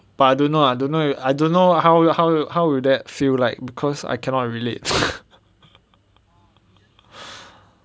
but I don't know I don't know I don't know how you how you how will that feel like because I cannot relate